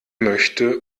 möchte